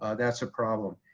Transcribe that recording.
ah that's a problem.